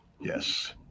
yes